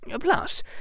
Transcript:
Plus